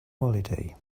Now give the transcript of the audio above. holiday